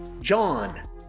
John